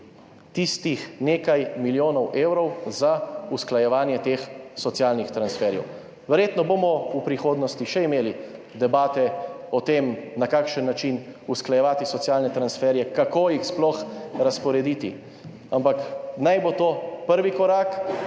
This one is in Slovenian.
tistih nekaj milijonov evrov za usklajevanje teh socialnih transferjev. Verjetno bomo v prihodnosti še imeli debate o tem, na kakšen način usklajevati socialne transferje, kako jih sploh razporediti, ampak naj bo to prvi korak,